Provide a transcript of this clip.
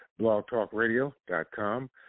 blogtalkradio.com